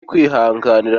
kwihanganira